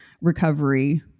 recovery